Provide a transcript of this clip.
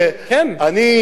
על בית-החולים בנהרייה,